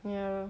yeah